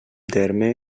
terme